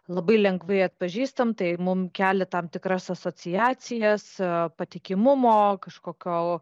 labai lengvai atpažįstam tai mum kelia tam tikras asociacijas patikimumo kažkokio